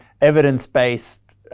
evidence-based